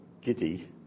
giddy